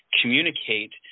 communicate